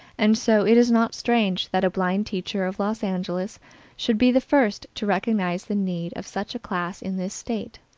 and so it is not strange that a blind teacher of los angeles should be the first to recognize the need of such a class in this state.